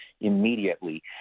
immediately